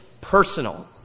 personal